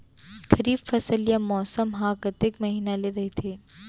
खरीफ फसल या मौसम हा कतेक महिना ले रहिथे?